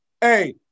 Hey